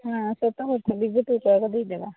ହଁ ସତ କଥା ବିଜେପିକୁ ଏକା ଦେଇଦେବା